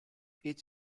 each